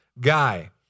guy